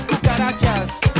cucarachas